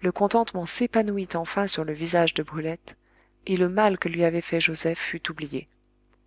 le contentement s'épanouit enfin sur le visage de brulette et le mal que lui avait fait joseph fut oublié